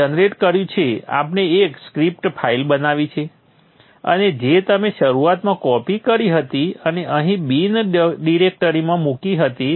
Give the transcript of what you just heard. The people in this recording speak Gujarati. આપણે જનરેટ કર્યું છે આપણે એક સ્ક્રિપ્ટ ફાઇલ બનાવી છે અને જે તમે શરૂઆતમાં કૉપિ કરી હતી અને અહીં બિન ડિરેક્ટરીમાં મૂકી હતી